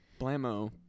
blammo